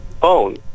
phone